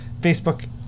Facebook